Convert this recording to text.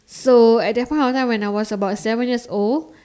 so at that point of time when I was about seven years old